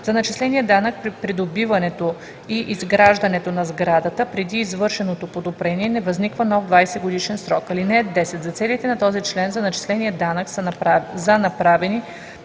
за начисления данък при придобиването или изграждането на сградата преди извършеното подобрение не възниква нов 20 годишен срок. (10) За целите на този член за начисления данък за направени